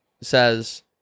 says